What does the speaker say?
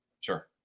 Sure